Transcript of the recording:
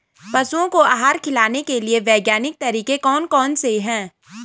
पशुओं को आहार खिलाने के लिए वैज्ञानिक तरीके कौन कौन से हैं?